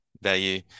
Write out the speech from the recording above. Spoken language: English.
value